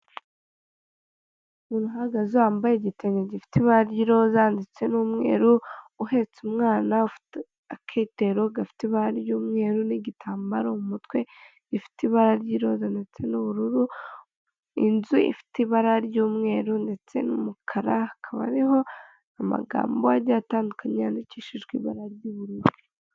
Umuntu uhagaze, wambaye igitenge gifite ibara ry'iroza, ndetse n'umweru, uhetse umwana ufite akitero gafite ibara ry'umweru, n'igitambaro mu mutwe gifite ibara ry'iroza, ndetse n'ubururu, inzu ifite ibara ry'umweru, ndetse n'umukara, hakaba hariho amagambo agiye atandukanye yandikishijwe ibara ry'ubururu.